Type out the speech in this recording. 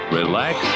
relax